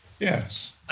Yes